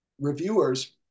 reviewers